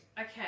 Okay